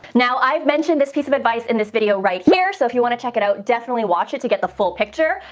now, i've mentioned this piece of advice in this video right here, so if you want to check it out, definitely watch it to get the full picture.